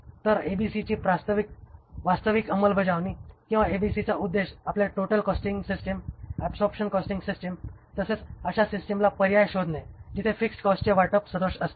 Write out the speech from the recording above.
तर ही एबीसीची वास्तविक अंमलबजावणी किंवा एबीसीचा उद्देश आपल्या total costing system absorption costing system तसेच अशा सिस्टिम्सला पर्याय शोधणे जिथे फिक्स्ड कॉस्टचे वाटप सदोष असते